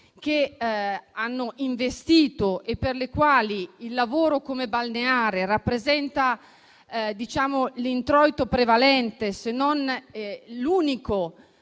che hanno investito e per le quali il lavoro come balneare rappresenta l'introito prevalente, se non l'unico.